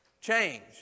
Change